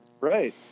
Right